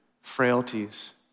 frailties